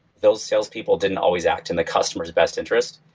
those salespeople didn't always act in the customer's best interest.